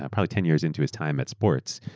ah probably ten years into his time at sports,